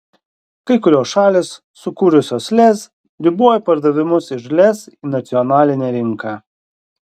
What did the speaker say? kai kurios šalys sukūrusios lez riboja pardavimus iš lez į nacionalinę rinką